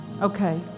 okay